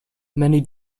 many